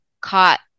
caught